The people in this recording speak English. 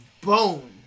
bone